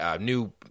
new